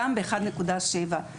גם ב-1.7.